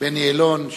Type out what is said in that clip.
בני אלון,